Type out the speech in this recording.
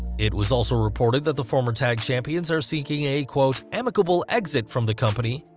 it was also reported that the former tag champion so are seeking a quote amicable exit from the company,